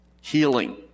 healing